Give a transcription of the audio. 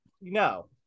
No